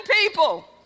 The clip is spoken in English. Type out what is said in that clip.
people